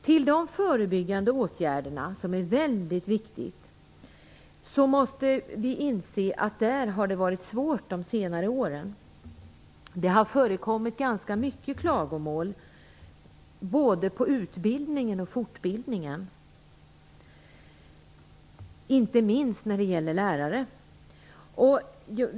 Under senare år har det varit svårt att vidta förebyggande åtgärder, vilka är mycket viktiga. Det har förekommit ganska många klagomål både på utbildningen och på fortbildningen, inte minst när det gäller lärare.